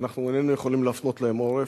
ואנחנו איננו יכולים להפנות להם עורף.